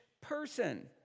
person